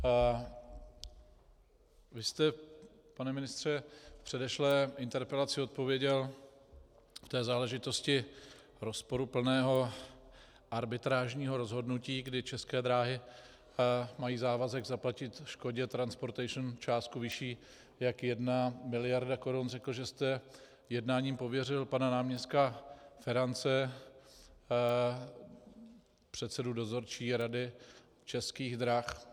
Vy jste, pane ministře, v předešlé interpelaci v té záležitosti rozporuplného arbitrážního rozhodnutí, kdy České dráhy mají závazek zaplatit Škodě Transportation částku vyšší jak 1 mld. korun, řekl, že jste jednáním pověřil pana náměstka Ferance, předsedu Dozorčí rady Českých drah.